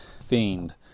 fiend